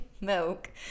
milk